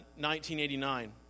1989